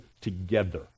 together